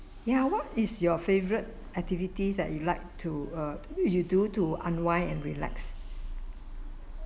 ya what is your favorite activities that you like to err would you do to unwind and relax